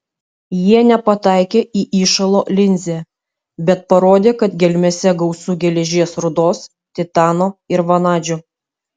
jie nepataikė į įšalo linzę bet parodė kad gelmėse gausu geležies rūdos titano ir vanadžio